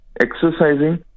exercising